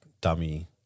dummy